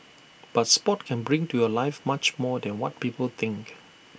but Sport can bring to your life much more than what people think